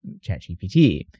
ChatGPT